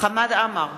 חמד עמאר,